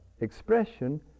Expression